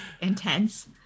intense